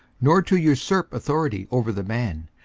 nor to usurp authority over the man,